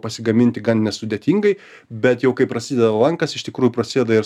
pasigaminti gan nesudėtingai bet jau kai prasideda lankas iš tikrųjų prasideda ir